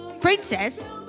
Princess